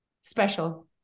special